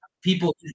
people